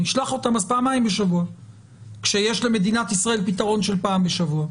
אז נשלח אותם פעמיים בשבוע כשיש למדינת ישראל פתרון של פעם בשבוע.